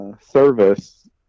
service